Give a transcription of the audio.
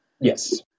Yes